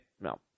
No